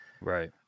Right